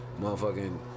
motherfucking